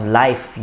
life